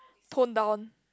tone down